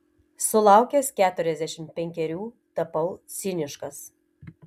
sulaukęs keturiasdešimt penkerių tapau ciniškas